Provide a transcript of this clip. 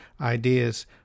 Ideas